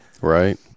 right